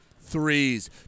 threes